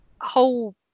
whole